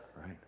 right